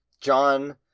John